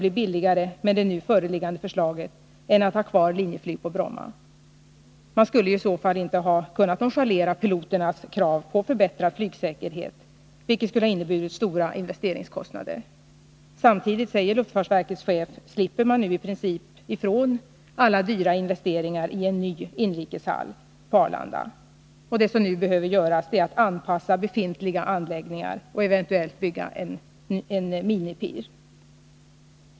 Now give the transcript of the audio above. blir billigare med det nu föreliggande förslaget än att ha kvar Linjeflyg på Bromma. Man skulle i så fall inte ha kunnat nonchalera piloternas krav på en förbättring av flygsäkerheten, vilket skulle ha inneburit stora investeringskostnader. Samtidigt, säger luftfartsverkets chef, slipper man nu i princip ifrån alla dyra investeringar i en ny inrikeshall på Arlanda. Det som nu behöver göras är att anpassa befintliga anläggningar och eventuellt bygga en minipir.